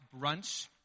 brunch